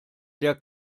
der